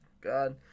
God